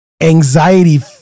anxiety